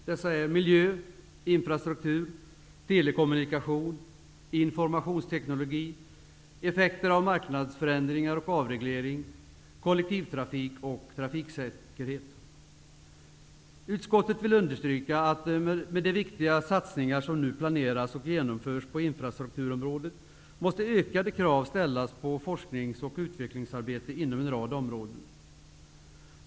Dessa är: Utskottet vill understryka, att med de viktiga satsningar som nu planeras och genomförs på infrastrukturområdet måste ökade krav ställas på forsknings och utvecklingsarbete inom en rad områden.